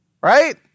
Right